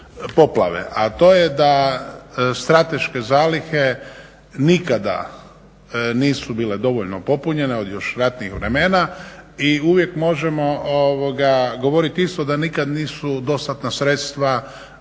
a to je da strateške zalihe nikada nisu bile dovoljno popunjene, od još ratnih vremena i uvijek možemo govoriti isto da nikad nisu dostatna sredstva ravnateljstvu